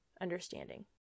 understanding